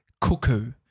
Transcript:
Cuckoo